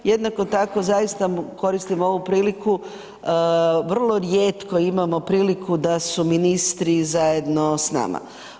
Jednako tako, zaista koristim ovu priliku, vrlo rijetko imamo priliku da su ministri zajedno s nama.